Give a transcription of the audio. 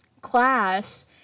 class